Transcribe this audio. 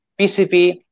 PCP